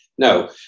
No